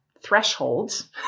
thresholds